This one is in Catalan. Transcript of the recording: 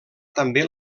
també